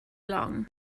long